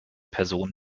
personen